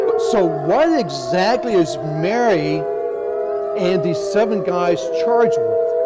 but so what exactly is mary and these seven guys charged with.